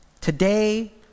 Today